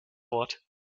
wort